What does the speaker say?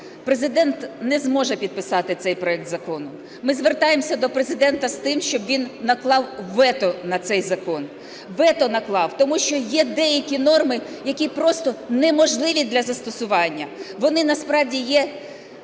Президент не зможе підписати цей проект закону. Ми звертаємося до Президента з тим, щоб він наклав вето на цей закон. Вето наклав, тому що є деякі норми, які просто неможливі для застосування. Вони насправді є